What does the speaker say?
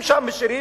אם שם משאירים,